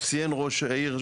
ציין יושב ראש הוועדה,